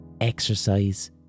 exercise